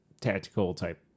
tactical-type